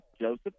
Joseph